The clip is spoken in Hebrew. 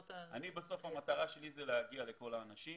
בסוף המטרה שלי היא להגיע לכל האנשים